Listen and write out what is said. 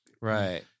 Right